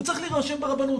הוא צריך להירשם ברבנות,